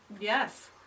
Yes